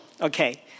Okay